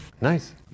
Nice